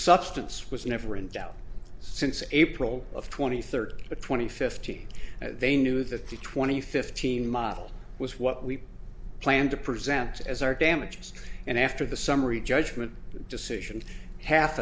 substance was never in doubt since april of twenty third to twenty fifteen they knew that the twenty fifteen model was what we planned to present as our damages and after the summary judgment decision half